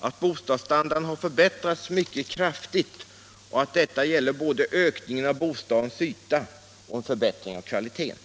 att bostadsstandarden har förbättrats mycket kraftigt och att detta gäller både ökningen av bostadsytan och förbättringen av kvaliteten.